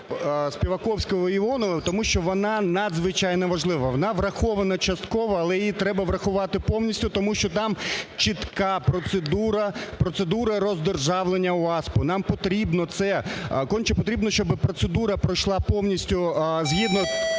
Співаковського, Іонової, тому що вона надзвичайно важлива. Вона врахована частково, але її треба врахувати повністю, тому що там чітка процедура – процедура роздержавлення УААСПу. Нам потрібно це, конче потрібно, щоб процедура пройшла повністю згідно